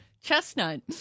Chestnut